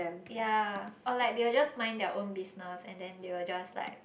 yea or like they will just mind their own business and then they will just like